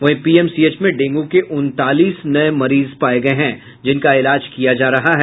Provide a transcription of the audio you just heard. वहीं पीएमसीएच में डेंगू के उनतालीस नये मरीज पाये गये हैं जिनका इलाज किया जा रहा है